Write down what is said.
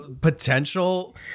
potential